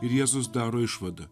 ir jėzus daro išvadą